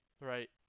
Right